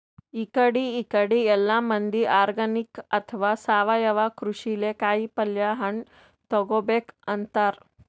ಇಕಡಿ ಇಕಡಿ ಎಲ್ಲಾ ಮಂದಿ ಆರ್ಗಾನಿಕ್ ಅಥವಾ ಸಾವಯವ ಕೃಷಿಲೇ ಕಾಯಿಪಲ್ಯ ಹಣ್ಣ್ ತಗೋಬೇಕ್ ಅಂತಾರ್